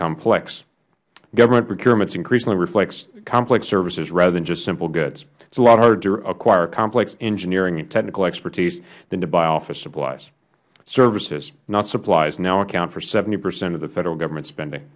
complex government procurement increasingly reflects complex services rather than just simple goods it is a lot harder to acquire a complex engineering and technical expertise than to buy offices supplies services not supplies now account for seventy percent of the federal governments spending